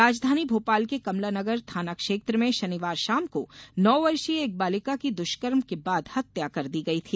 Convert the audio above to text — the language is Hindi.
राजधानी भोपाल के कमला नगर थाना क्षेत्र में शनिवार शाम को नौ वर्षीय एक बालिका की दुष्कर्म के बाद हत्या कर दी गयी थी